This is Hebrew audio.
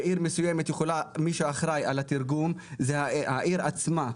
בעיר מסוימת יכול להיות מי שאחראי על התרגום היא העיר עצמה,